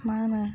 मा होनो